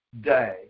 day